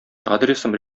адресым